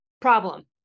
problem